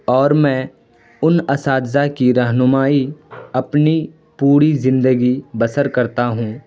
اور میں ان اساتذہ کی رہنمائی اپنی پوری زندگی بسر کرتا ہوں